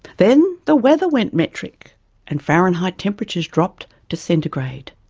then the weather went metric and fahrenheit temperatures dropped to centigrade.